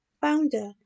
founder